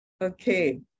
okay